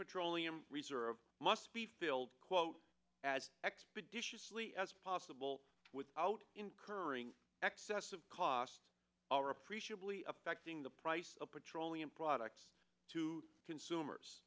petroleum reserve must be filled quote as expeditiously as possible without incurring excess of costs are appreciably affecting the price of petroleum products to consumers